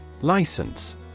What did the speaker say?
license